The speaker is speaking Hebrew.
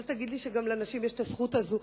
אל תגיד לי שגם לנשים יש את הזכות הזאת.